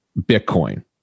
Bitcoin